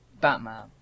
Batman